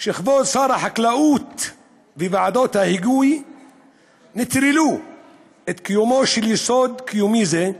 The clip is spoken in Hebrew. כבוד שר החקלאות וועדות ההיגוי נטרלו את קיומו של יסוד קיומי זה.